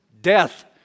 death